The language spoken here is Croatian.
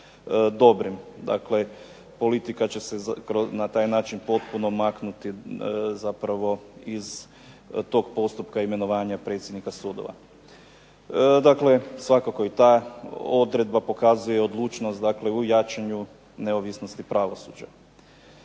dobrim. Dakle, politika će se na taj način potpuno maknuti zapravo iz tog postupka imenovanja predsjednika sudova. Dakle, svakako i ta odredba pokazuje odlučnost u jačanju neovisnosti pravosuđa.